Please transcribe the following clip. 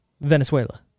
Venezuela